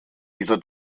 dieser